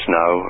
now